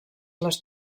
les